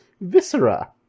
Viscera